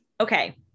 Okay